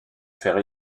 faire